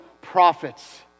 prophets